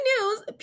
news